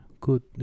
good